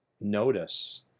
notice